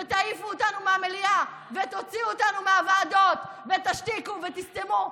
ותעיפו אותנו מהמליאה ותוציאו אותנו מהוועדות ותשתיקו ותסתמו,